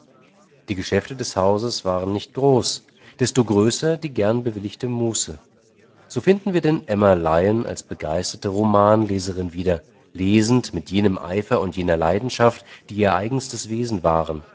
die geschäfte des hauses waren nicht groß desto größer die gern bewilligte muße so finden wir denn emma lyon als begeisterte romanleserin wieder lesend mit jenem eifer und jener leidenschaft die ihr eigenstes wesen waren